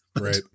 Right